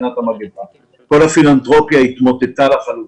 כל הפילנתרופיה התמוטטה לחלוטין,